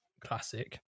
classic